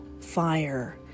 fire